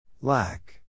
Lack